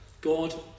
God